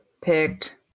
picked